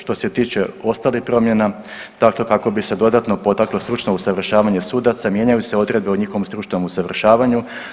Što se tiče ostalih promjena, dakle kako bi se dodatno potaklo stručno usavršavanje sudaca, mijenjaju se odredbe o njihovom stručnom usavršavanju.